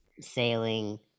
sailing